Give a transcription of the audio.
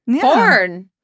Porn